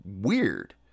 weird